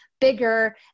bigger